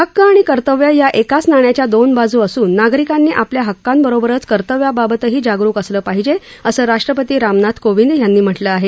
हक्क आणि कर्तव्य या एकाच नाण्याच्या दोन बाजू असून नागरिकांनी आपल्या हक्कांबरोबरच कर्तव्याबाबतही जागरुक असलं पाहिजे असं राष्ट्रपती रामनाथ कोविंद यांनी म्हटलं आहे